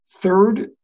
Third